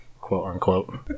quote-unquote